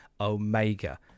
Omega